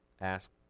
ask